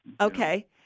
Okay